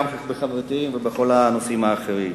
גם בנושאים החברתיים ובכל הנושאים האחרים.